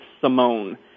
Simone